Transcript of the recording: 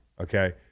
Okay